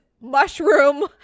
mushroom